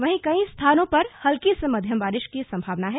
वहीं कई स्थानों पर हल्की से मध्यम बारिश की संभावना है